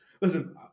Listen